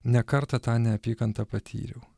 ne kartą tą neapykantą patyriau